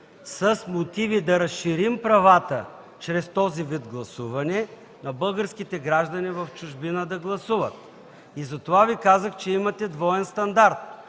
с мотиви да разширим правата чрез този вид гласуване на българските граждани в чужбина да гласуват. Затова Ви казах, че имате двоен стандарт.